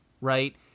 right